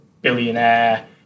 billionaire